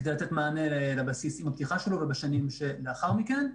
כדי לתת מענה בפתיחת הבסיס ובשנים שלאחר מכן.